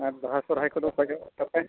ᱟᱨ ᱵᱟᱦᱟ ᱥᱚᱨᱦᱟᱭ ᱠᱚᱫᱚ ᱚᱠᱟ ᱡᱚᱦᱚᱜ ᱛᱟᱯᱮ